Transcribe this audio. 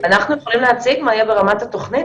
אנחנו יכולים להציג את מה שיהיה ברמת התוכנית,